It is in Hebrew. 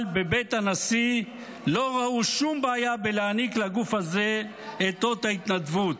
אבל בבית הנשיא לא ראו שום בעיה להעניק לגוף הזה את אות ההתנדבות.